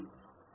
D dv free dvD